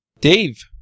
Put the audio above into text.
Dave